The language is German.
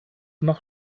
nach